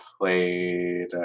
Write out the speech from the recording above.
played